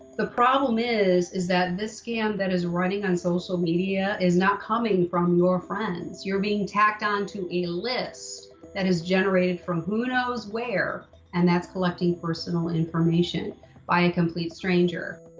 the problem is, is that this scam that is running on social media is not coming from your friends. you're being tacked on to a list that is generated from who knows where and that's collecting personal information by a complete stranger.